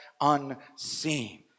unseen